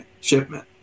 shipment